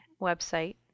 website